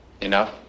Enough